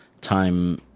time